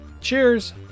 Cheers